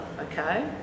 okay